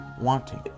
wanting